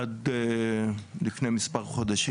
עד לפני מספר חודשים,